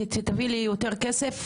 תביא לי יותר כסף,